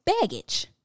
baggage